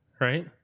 right